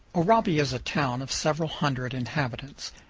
oraibi is a town of several hundred inhabitants.